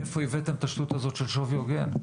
מאיפה הבאתם את השטות הזאת של שווי הוגן?